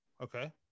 Okay